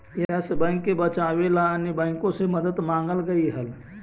yes Bank के बचावे ला अन्य बाँकों से मदद मांगल गईल हल